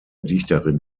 dichterin